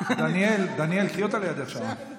דניאל, קחי אותה לידך שם.